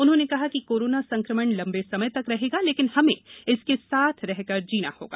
उन्होंने कहा कि कोरोना संक्रमण लम्बे समय तक रहेगा लेकिन हमें इसके साथ रहकर जीना होगा